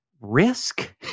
risk